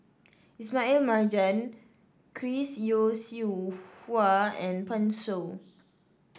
Ismail Marjan Chris Yeo Siew Hua and Pan Shou